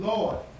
Lord